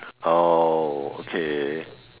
oh okay